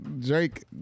Drake